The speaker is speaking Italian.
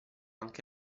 anche